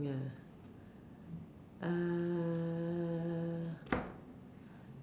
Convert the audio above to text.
err